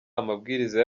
amabwiriza